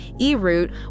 E-Root